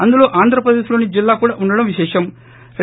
అందులో ఆంధ్రప్రదేశ్లోని జిల్లా కూడా ఉండడం విశేషం